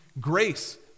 Grace